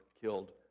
killed